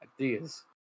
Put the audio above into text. ideas